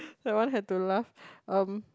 that one have to laugh um